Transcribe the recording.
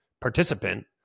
participant